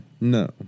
no